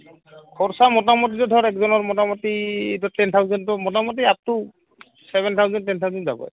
খৰচা মোটামুটিটো ধৰ একজনৰ মোটামুটি টেন থাউজেণ্ডটো মোটামুটি up to seven thousand ten thousand যাবই